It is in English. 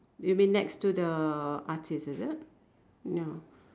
you mean next to the artist is it no